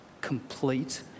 complete